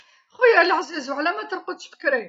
خويا لعزيز علاه ما ترقدش بكري؟